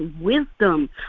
wisdom